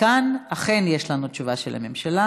וכאן אכן יש לנו תשובה של הממשלה.